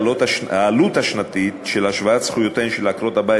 העלות השנתית של השוואת זכויותיהן של עקרות-הבית